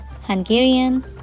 Hungarian